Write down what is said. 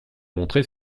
montrer